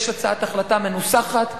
יש הצעת החלטה מנוסחת,